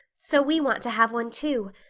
so we want to have one, too.